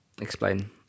Explain